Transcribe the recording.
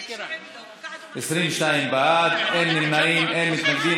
22 בעד, אין נמנעים, אין מתנגדים.